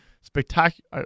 spectacular